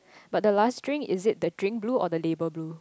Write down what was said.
but the last drink is it the drink blue or the label blue